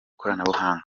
koranabuhanga